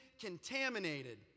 contaminated